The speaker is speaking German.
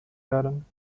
werden